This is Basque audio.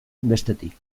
bestetik